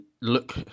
look